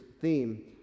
theme